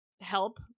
help